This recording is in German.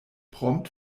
prompt